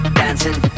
dancing